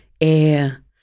air